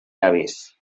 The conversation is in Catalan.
avis